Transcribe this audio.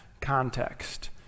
context